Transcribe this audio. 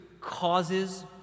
causes